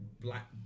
black